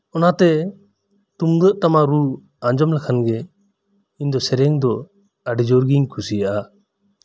ᱚᱱᱟᱛᱮ ᱛᱩᱢᱫᱟᱹᱜ ᱴᱟᱢᱟᱠ ᱨᱩ ᱟᱸᱡᱚᱢ ᱞᱮᱠᱷᱟᱱᱜᱮ ᱤᱧ ᱫᱚ ᱟᱹᱰᱤ ᱡᱳᱨᱜᱤᱧ ᱠᱩᱥᱤᱭᱟᱜ ᱟ